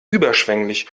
überschwänglich